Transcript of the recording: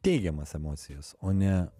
teigiamas emocijas o ne